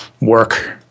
work